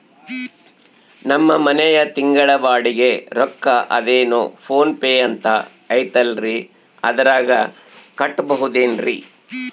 ನಮ್ಮ ಮನೆಯ ತಿಂಗಳ ಬಾಡಿಗೆ ರೊಕ್ಕ ಅದೇನೋ ಪೋನ್ ಪೇ ಅಂತಾ ಐತಲ್ರೇ ಅದರಾಗ ಕಟ್ಟಬಹುದೇನ್ರಿ?